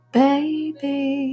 baby